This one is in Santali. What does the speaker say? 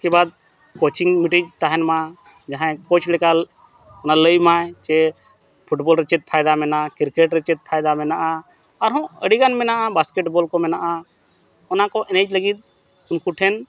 ᱤᱥᱠᱮ ᱵᱟᱫᱽ ᱢᱤᱴᱤᱡ ᱛᱟᱦᱮᱱ ᱢᱟ ᱡᱟᱦᱟᱸᱭ ᱞᱮᱠᱟ ᱚᱱᱟ ᱞᱟᱹᱭᱢᱟᱭ ᱡᱮ ᱨᱮ ᱪᱮᱫ ᱯᱷᱟᱭᱫᱟ ᱢᱮᱱᱟᱜᱼᱟ ᱨᱮ ᱪᱮᱫ ᱯᱷᱟᱭᱫᱟ ᱢᱮᱱᱟᱜᱼᱟ ᱟᱨᱦᱚᱸ ᱟᱹᱰᱤᱜᱟᱱ ᱢᱮᱱᱟᱜᱼᱟ ᱠᱚ ᱢᱮᱱᱟᱜᱼᱟ ᱚᱱᱟ ᱠᱚ ᱮᱱᱮᱡ ᱞᱟᱹᱜᱤᱫ ᱩᱱᱠᱩ ᱴᱷᱮᱱ